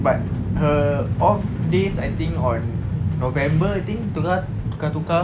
but her off days I think on november I think dorang tukar-tukar